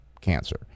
cancer